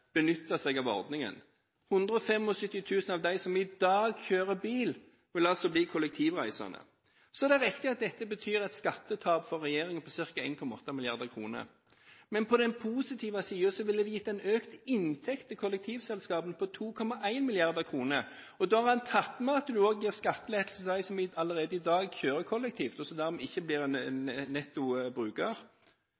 benytte seg av ordningen. 175 000 av dem som i dag kjører bil, ville altså bli kollektivreisende. Det er riktig at dette betyr et skattetap for regjeringen på ca. 1,8 mrd. kr. Men på den positive siden ville det gitt en økt inntekt til kollektivselskapene på 2,1 mrd. kr. Da har en tatt med at en også gir skattelettelse til dem som allerede i dag kjører kollektivt, og som dermed ikke blir netto brukere. Man får altså en